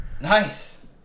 nice